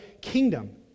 kingdom